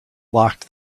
locked